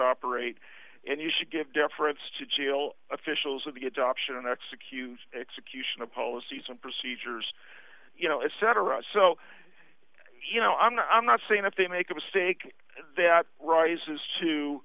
operate and you should give deference to jail officials of the adoption and execute execution of policies and procedures you know if cetera so you know i'm not i'm not saying if they make a mistake that rises